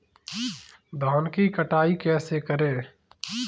धान की कटाई कैसे करें?